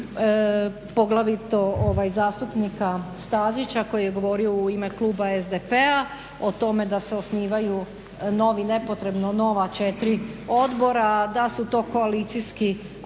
poglavito zastupnika Stazića koji je govorio u ime kluba SDP-a o tome da se osnivaju novi nepotrebni nova 4 odbora, da su to koalicijski apetiti,